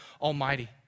Almighty